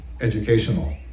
educational